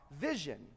vision